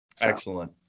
Excellent